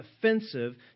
offensive